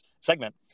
segment